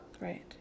Right